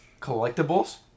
collectibles